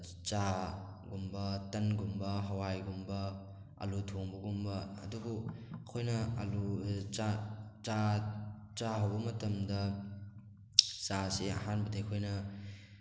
ꯆꯥꯒꯨꯝꯕ ꯇꯟ ꯒꯨꯝꯕ ꯍꯋꯥꯏ ꯒꯨꯝꯕ ꯑꯜꯂꯨ ꯊꯣꯡꯕꯒꯨꯝꯕ ꯑꯗꯨꯕꯨ ꯑꯩꯈꯣꯏꯅ ꯑꯜꯂꯨ ꯆꯥ ꯆꯥ ꯍꯧꯕ ꯃꯇꯝꯗ ꯆꯥꯁꯦ ꯑꯍꯥꯟꯕꯗ ꯑꯩꯈꯣꯏꯅ